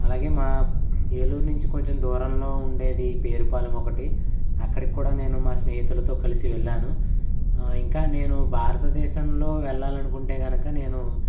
అలాగే మా ఏలూరు నుంచి కొంచెం దూరంలో ఉండేది పేరుపాలెం ఒకటి అక్కడికి కూడా నేను మా స్నేహితులతో కలిసి వెళ్ళాను ఇంకా నేను భారతదేశంలో వెళ్ళాలనుకుంటే కనుక నేను